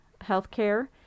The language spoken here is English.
Healthcare